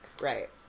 Right